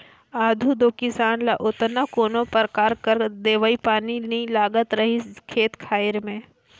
आघु दो किसान ल ओतना कोनो परकार कर दवई पानी नी लागत रहिस खेत खाएर में